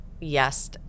yes